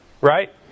Right